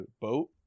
boat